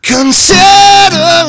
Consider